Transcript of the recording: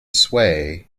sway